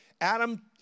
Adam